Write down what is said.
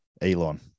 Elon